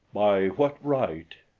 by what right?